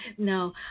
No